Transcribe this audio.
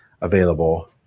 available